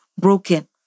broken